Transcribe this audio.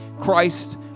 Christ